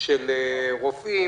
של רופאים?